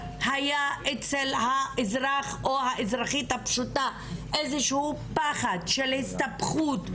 היה אצל האזרח או האזרחית הפשוטה איזשהו פחד של הסתבכות,